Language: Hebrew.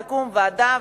תקום ועדה,